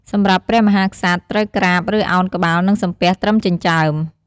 សម្រាប់ព្រះមហាក្សត្រ ត្រូវក្រាប ឬឱនក្បាល និងសំពះត្រឹមចិញ្ចើម។